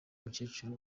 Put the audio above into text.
umukecuru